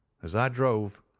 as i drove,